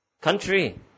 country